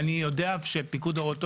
לחיזוק.